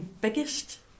biggest